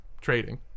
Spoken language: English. Trading